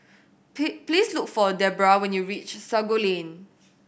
please look for Debra when you reach Sago Lane